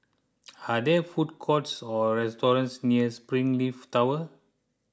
are there food courts or restaurants near Springleaf Tower